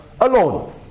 alone